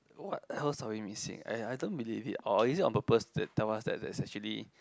what else are we missing I I don't believe it or is it on purpose that tell us there's actually